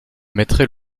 mettrai